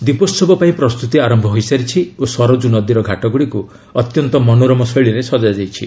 ଦୀପୋହବ ପାଇଁ ପ୍ରସ୍ତୁତି ଆରମ୍ଭ ହୋଇସାରିଛି ଓ ସରଯୁ ନଦୀର ଘାଟଗୁଡ଼ିକୁ ଅତ୍ୟନ୍ତ ମନୋରମ ଶୈଳୀରେ ସଚ୍ଚାଯାଇଛି